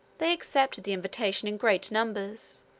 they accepted the invitation in great numbers,